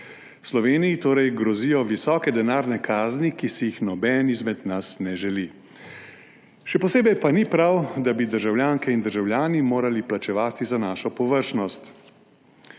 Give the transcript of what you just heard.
Sloveniji torej grozijo visoke denarne kazni, ki si jih nobeden izmed nas ne želi. Še posebej pa ni prav, da bi državljanke in državljani morali plačevati za našo površnost.